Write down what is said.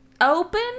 open